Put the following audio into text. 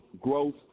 growth